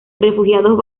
refugiados